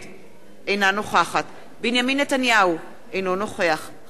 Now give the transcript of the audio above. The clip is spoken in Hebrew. אינה נוכחת בנימין נתניהו, אינו נוכח חנא סוייד,